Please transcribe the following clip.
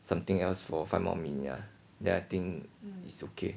something else for five more minute ah then I think is okay